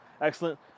excellent